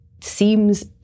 seems